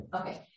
Okay